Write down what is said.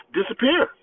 disappear